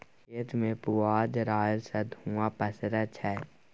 खेत मे पुआर जरएला सँ धुंआ पसरय छै